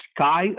sky